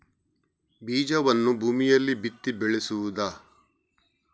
ಬೀಜವನ್ನು ಭೂಮಿಯಲ್ಲಿ ಬಿತ್ತಿ ಬೆಳೆಸುವುದಾ?